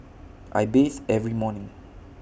I bathe every morning